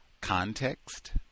context